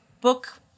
book